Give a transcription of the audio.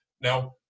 now